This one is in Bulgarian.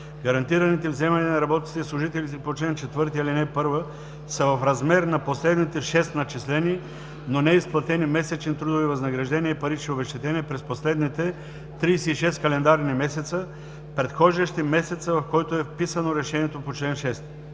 Гарантираните вземания на работниците и служителите по чл. 4, ал. 1 са в размер на последните шест начислени, но неизплатени месечни трудови възнаграждения и парични обезщетения през последните 36 календарни месеца, предхождащи месеца, в който е вписано решението по чл. 6.